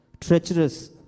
treacherous